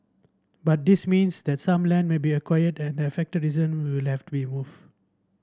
but this means that some land may be acquired and affected resident will left to be move